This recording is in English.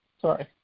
Sorry